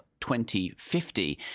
2050